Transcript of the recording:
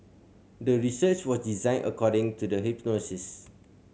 the research was designed according to the hypothesis